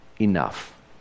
enough